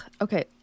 okay